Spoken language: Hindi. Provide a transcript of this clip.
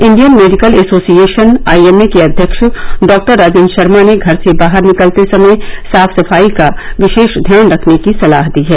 Indian medical association I M A के अध्यक्ष डॉक्टर राजन शर्मा ने घर से बाहर निकलते समय साफ सफाई का विशेष ध्यान रखने की सलाह दी है